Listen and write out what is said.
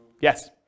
Yes